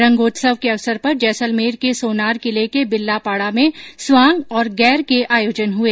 रंगोत्सव के अवसर पर जैसलमेर के सोनार किले के बिल्ला पाड़ा में स्वांग और गैर के आयोजन हुए